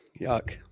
Yuck